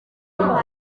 kuba